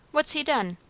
what's he done?